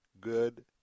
good